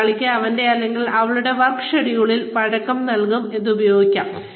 തൊഴിലാളിക്ക് അവന്റെ അല്ലെങ്കിൽ അവളുടെ വർക്ക് ഷെഡ്യൂളിൽ വഴക്കം നൽകാനും ഇത് ഉപയോഗിക്കാം